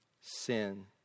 sin